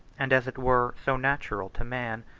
and as it were so natural to man,